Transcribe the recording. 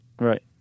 Right